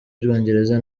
bwongereza